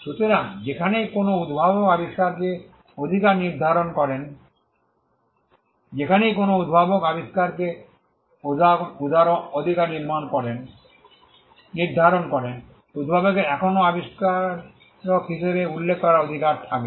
সুতরাং যেখানেই কোনও উদ্ভাবক আবিষ্কারকে অধিকার নির্ধারণ করেন যেখানেই কোনও উদ্ভাবক আবিষ্কারকে অধিকার নির্ধারণ করেন উদ্ভাবকের এখনও আবিষ্কারক হিসাবে উল্লেখ করার অধিকার থাকবে